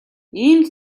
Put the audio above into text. иймд